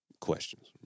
questions